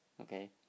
Okay